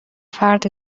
فرد